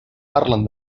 parlen